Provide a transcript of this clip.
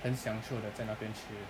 很享受地在那边吃